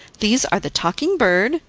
these are the talking bird,